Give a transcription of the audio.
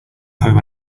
home